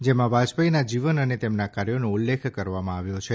જેમાં વાજપાઈના જીવન અને તેમનાં કાર્યોનો ઉલ્લેખ કરવામાં આવ્યો છે